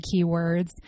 keywords